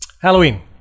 Halloween